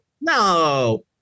No